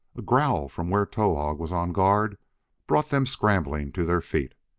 a growl from where towahg was on guard brought them scrambling to their feet.